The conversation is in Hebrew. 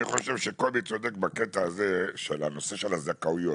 אני חושב שקובי צודק לגבי הנושא של הזכאויות.